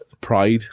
Pride